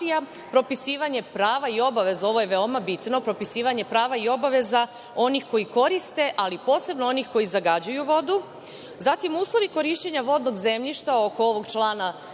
propisivanje prava i obaveza. Ovo je veoma bitno, propisivanje prava i obaveza onih koji koriste, ali posebno onih koji zagađuju vodu. Zatim, uslovi korišćenja vodnog zemljišta. Oko ovog člana